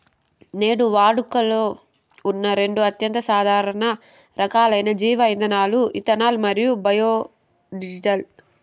నేడు వాడుకలో ఉన్న రెండు అత్యంత సాధారణ రకాలైన జీవ ఇంధనాలు ఇథనాల్ మరియు బయోడీజిల్